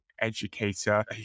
educator